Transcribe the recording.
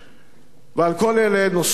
על כל אלה נוסיף ונזכור